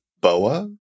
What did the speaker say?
boa